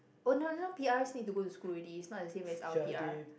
oh now now P_R needs to go to school already it's not the same as our P_R